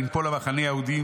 לנפול על מחנה היהודים